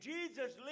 Jesus